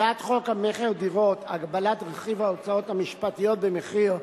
הצעת חוק המכר (דירות) (הגבלת רכיב ההוצאות המשפטיות במחיר),